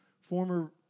former